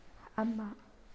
ꯑꯃ